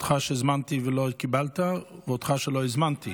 אותך שהזמנתי ולא קיבלת ואותך שלא הזמנתי.